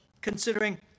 considering